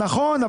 נכון,